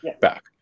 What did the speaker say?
back